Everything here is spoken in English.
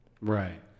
Right